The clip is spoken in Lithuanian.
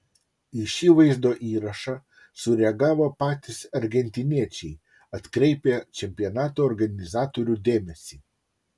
į šį vaizdo įrašą sureagavo patys argentiniečiai atkreipę čempionato organizatorių dėmesį